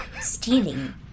stealing